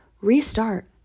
restart